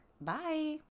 bye